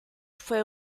fue